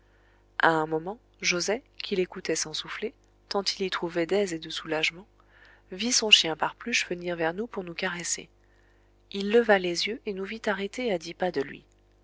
à un moment joset qui l'écoutait sans souffler tant il y trouvait d'aise et de soulagement vit son chien parpluche venir vers nous pour nous caresser il leva les yeux et nous vit arrêtés à dix pas de lui